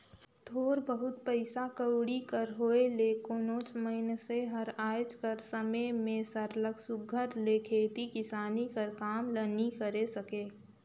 थोर बहुत पइसा कउड़ी कर होए ले कोनोच मइनसे हर आएज कर समे में सरलग सुग्घर ले खेती किसानी कर काम ल नी करे सके